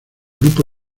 grupo